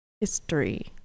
history